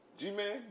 G-Man